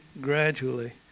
gradually